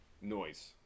noise